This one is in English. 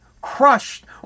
crushed